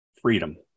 freedom